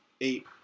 eight